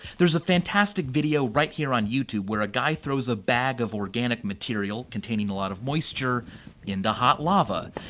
there's a fantastic video right here on youtube where a guy throws a bag of organic material containing a lot of moisture into hot lava.